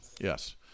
Yes